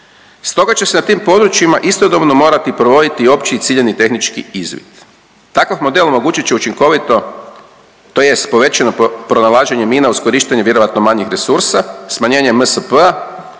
Stoga će se na tim područjima istodobno morati provoditi i opći i ciljani tehnički izvid. Takav model omogućit će učinkovito tj. povećano pronalaženje mina uz korištenje vjerojatno manjih resursa, smanjenje MSP-a,